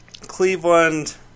Cleveland